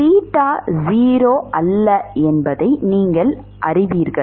theta 0 அல்ல என்பதை நீங்கள் அறிவீர்கள்